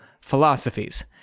philosophies